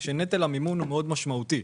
עם נטל מימון מאוד משמעותי.